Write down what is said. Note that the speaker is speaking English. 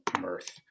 mirth